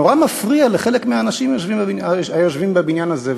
נורא מפריע לחלק מהאנשים היושבים בבניין הזה,